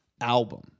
album